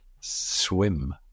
SWIM